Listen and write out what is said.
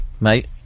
mate